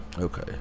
Okay